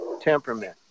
temperament